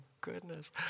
goodness